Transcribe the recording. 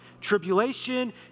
tribulation